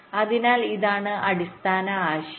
അതിനാൽ ഇതാണ് അടിസ്ഥാന ആശയം